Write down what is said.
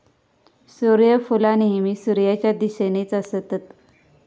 सुर्यफुला नेहमी सुर्याच्या दिशेनेच असतत